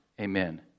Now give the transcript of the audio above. amen